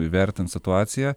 įvertins situaciją